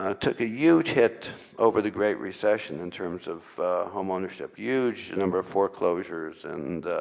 ah took a huge hit over the great recession in terms of home ownership. huge number of foreclosures and